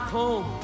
home